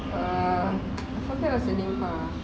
uh I forget what's the name called